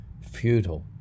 futile